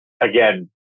again